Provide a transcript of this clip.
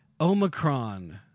Omicron